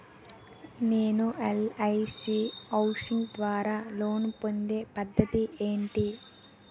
నేను LIC housing ద్వారా loan పొందే పద్ధతి ఏంటి?